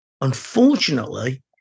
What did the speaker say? unfortunately